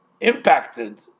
impacted